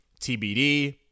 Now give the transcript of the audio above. TBD